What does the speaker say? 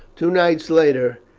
two nights later,